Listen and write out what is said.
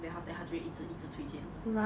then after that 他就一直一直推荐你